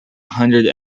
hundred